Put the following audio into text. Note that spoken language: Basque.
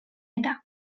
eta